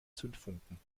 zündfunken